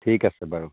ঠিক আছে বাৰু